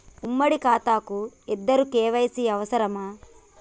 ఉమ్మడి ఖాతా కు ఇద్దరు కే.వై.సీ అవసరమా?